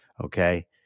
okay